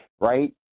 right